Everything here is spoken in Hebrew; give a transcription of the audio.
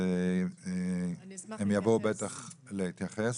אני אשמח להתייחס.